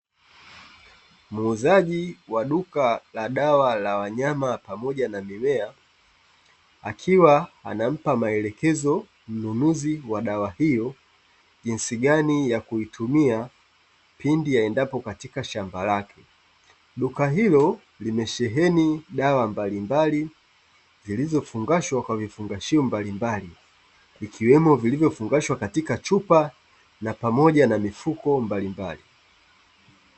Muuzaji wa duka la dawa la wanyama pamoja na mimea akiwa anampa maelekezo mnunuzi wa dawa hiyo jinsi gani ya kuitumia pindi aendapo katika shamba lake. Duka hilo limesheheni dawa mbalimbali zilizofungashwa kwa vifungashio mbalimbali vikiwemo vilivyofungashwa katika chupa na pamoja mifuko mbalimbali.